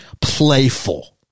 playful